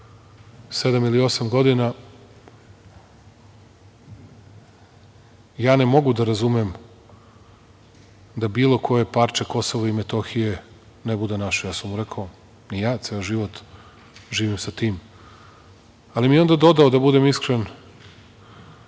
87 ili 88 godina, ja ne mogu da razumem da bilo koje parče Kosova i Metohije ne bude naše. Ja sam mu rekao – ni ja, ceo život živim sa tim. Ali mi je onda dodao, da budem iskren